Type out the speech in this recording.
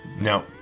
No